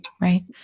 right